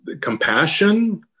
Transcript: compassion